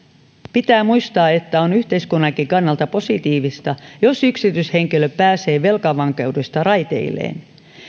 pitää muistaa että on yhteiskunnankin kannalta positiivista jos yksityishenkilö pääsee velkavankeudesta raiteilleen